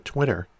Twitter